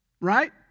Right